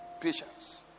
patience